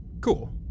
Cool